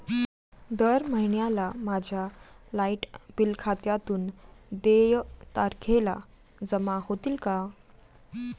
दर महिन्याला माझ्या लाइट बिल खात्यातून देय तारखेला जमा होतील का?